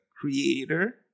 creator